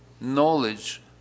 knowledge